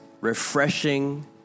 refreshing